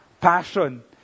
passion